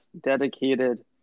dedicated